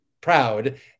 proud